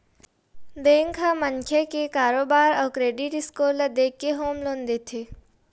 bank ह मनखे के कारोबार अउ क्रेडिट स्कोर ल देखके होम लोन देथे